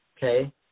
Okay